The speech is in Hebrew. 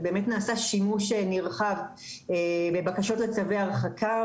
אז באמת נעשה שימוש נרחב בבקשות לצווי הרחקה